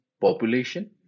population